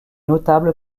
notable